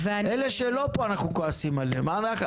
אלה שלא פה אנחנו כועסים עליהם,